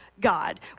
God